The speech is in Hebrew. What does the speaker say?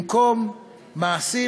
במקום מעשים,